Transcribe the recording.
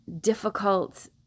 difficult